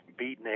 beatnik